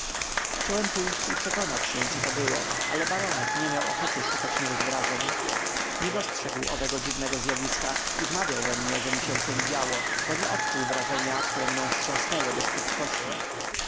chciałem pójść i przekonać się co to było ale baronet nie miał ochoty szukać nowych wrażeń nie dostrzegł owego dziwnego zjawiska i wmawiał we mnie że mi się przywidziało bo nie odczuł wrażenia które mnie wstrząsnęło do szpiku